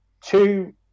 two